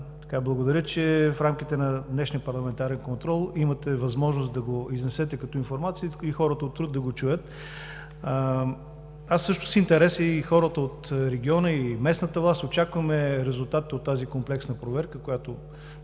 Благодаря, че в рамките на днешния парламентарен контрол имате възможност да го изнесете като информация и хората от Труд да го чуят. Аз също с интерес, а и хората от региона, и местната власт, очакваме резултат от тази комплексна проверка, която,